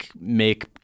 make